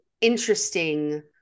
interesting